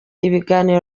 ibiganiro